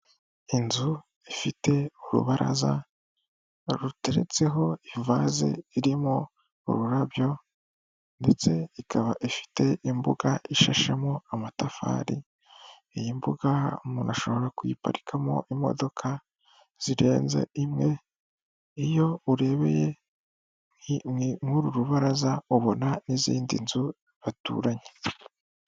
Inzu ifite urubaraza ruteretseho ivase irimo ururabyo ndetse ikaba ifite imbuga ishashemo amatafari, iyi mbuga umuntu ashobora kuyiparikamo imodoka zirenze imwe, iyo urebeye muri uru rubaraza ubona n'izindi nzu baturanye.